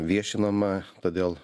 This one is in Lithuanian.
viešinama todėl